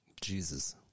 Jesus